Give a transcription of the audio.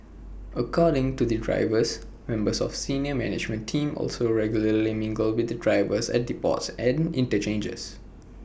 according to the drivers members of senior management team also regularly mingle with the drivers at depots and interchanges